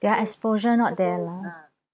their exposure not there lah